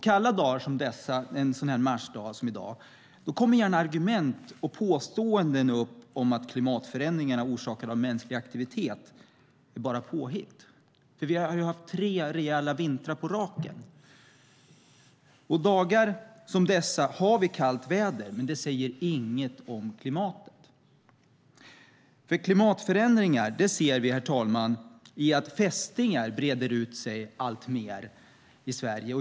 Kalla dagar som en sådan marsdag som i dag kommer gärna argument och påståenden upp om att klimatförändringarna orsakade av mänsklig aktivitet bara är påhitt. Vi har ju haft tre rejäla vintrar på raken. Dagar som dessa har vi kallt väder, men det säger inget om klimatet. Klimatförändringar ser vi, herr talman, i att fästingar breder ut sig alltmer i Sverige.